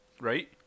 Right